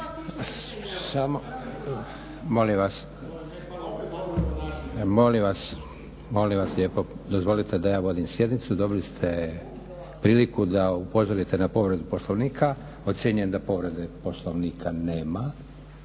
(SDP)** Molim vas, molim vas lijepo dozvolite da ja vodim sjednicu. Dobili ste priliku da upozorite na povredu Poslovnika, ocjenjujem da povrede Poslovnika nema,